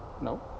No